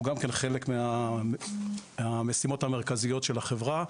הוא גם כן חלק מהמשימות המרכזיות של החברה.